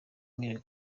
mike